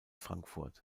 frankfurt